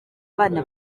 abana